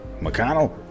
McConnell